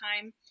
time